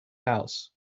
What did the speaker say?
house